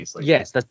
yes